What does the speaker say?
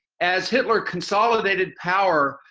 as hitler consolidated power,